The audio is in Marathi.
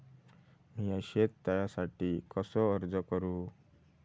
मीया शेत तळ्यासाठी कसो अर्ज करू?